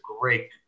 great